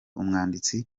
umwanditsi